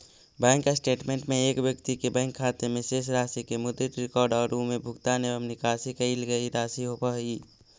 bank statement एक व्यक्ति के बैंक खाते में शेष राशि के मुद्रित रिकॉर्ड और उमें भुगतान एवं निकाशी कईल गई राशि होव हइ